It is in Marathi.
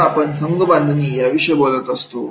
जेव्हा आपण संघबांधणी याविषयी बोलत असतो